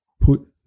put